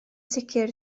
sicr